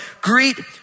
greet